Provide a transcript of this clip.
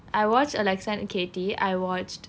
I watched alexa and katy I watched